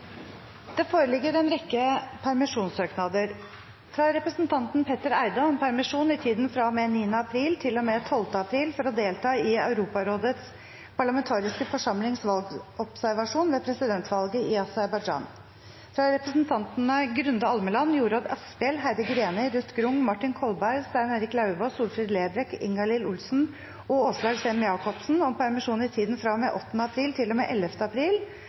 Det foreligger en rekke permisjonssøknader: fra representanten Petter Eide om permisjon i tiden fra og med 9. april til og med 12. april for å delta i Europarådets parlamentariske forsamlings valgobservasjon ved presidentvalget i Aserbajdsjan fra representantene Grunde Almeland , Jorodd Asphjell , Heidi Greni , Ruth Grung , Martin Kolberg , Stein Erik Lauvås , Solfrid Lerbrekk , Ingalill Olsen og Åslaug Sem-Jacobsen om permisjon i tiden fra og med 8. april